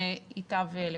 זה ייטב לכולם.